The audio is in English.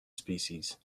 species